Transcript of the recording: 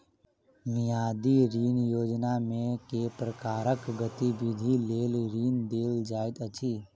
मियादी ऋण योजनामे केँ प्रकारक गतिविधि लेल ऋण देल जाइत अछि